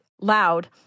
loud